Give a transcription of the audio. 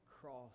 cross